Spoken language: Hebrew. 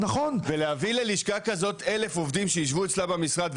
להביא ללשכה כזו 1,000 עובדים שיישבו אצלה במשרד,